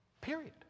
Period